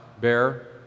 bear